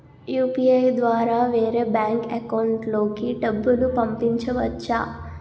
UPI ద్వారా వేరే bank account లోకి డబ్బులు పంపించవచ్చా?